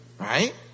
Right